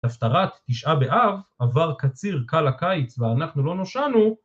הפטרת תשעה באב עבר קציר קל הקיץ ואנחנו לא נושענו